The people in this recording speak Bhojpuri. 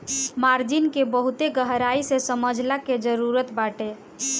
मार्जिन के बहुते गहराई से समझला के जरुरत बाटे